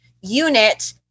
unit